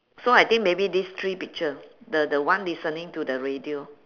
so I think maybe these three picture the the one listening to the radio